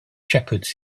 shepherds